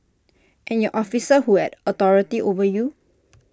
and your officer who had authority over you